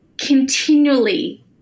continually